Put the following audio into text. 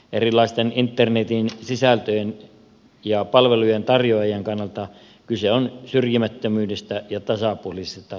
erilaisten internetin sisältöjen ja palvelujen tarjoajien kannalta kyse on syrjimättömyydestä ja tasapuolisista toimintamahdollisuuksista